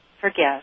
forgive